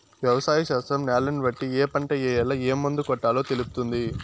వ్యవసాయ శాస్త్రం న్యాలను బట్టి ఏ పంట ఏయాల, ఏం మందు కొట్టాలో తెలుపుతుంది